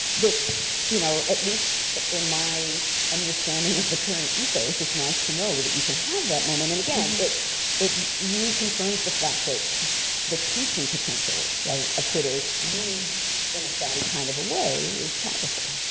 that you know, at least in my understanding of the current ethos, it's nice to know that you can have that moment. and again, it it reconfirms the fact that the teaching potential yeah of twitter used in a savvy kind of a way is powerful.